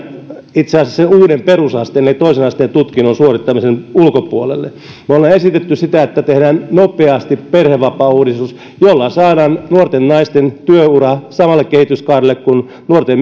itse asiassa sen uuden perusasteen eli toisen asteen tutkinnon suorittamisen ulkopuolelle me olemme esittäneet sitä että tehdään nopeasti perhevapaauudistus jolla saadaan nuorten naisten työura samalle kehityskaarelle kuin nuorten